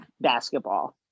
basketball